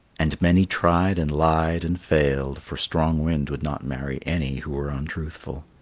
and many tried and lied and failed, for strong wind would not marry any who were untruthful.